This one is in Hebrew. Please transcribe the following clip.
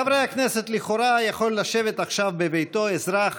חברי הכנסת, לכאורה יכול לשבת עכשיו בביתו אזרח